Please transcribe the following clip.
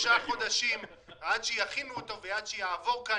תקציב דו-שנתי ייקח שלושה חודשים עד שיכינו אותו ועד שיעבור כאן,